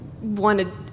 wanted